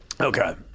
Okay